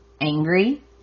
angry